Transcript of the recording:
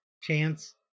Chance